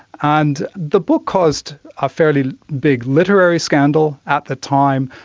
and the book caused a fairly big literary scandal at the time,